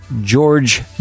george